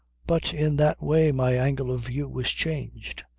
but in that way my angle of view was changed.